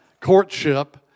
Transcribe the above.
courtship